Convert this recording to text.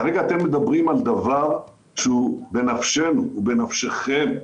כרגע אתם מדברים על דבר שהוא בנפשנו, בנפשכם.